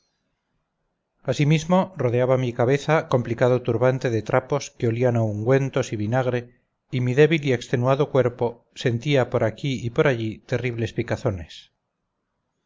asimismo rodeaba mi cabeza complicado turbante de trapos que olían a ungüentos y vinagre y mi débil y extenuado cuerpo sentía poraquí y por allí terribles